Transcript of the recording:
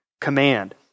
command